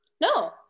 No